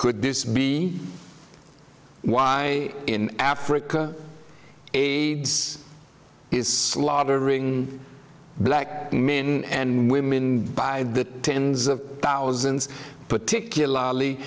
could this be why in africa a is slaughtering black men and women by the tens of thousands particularly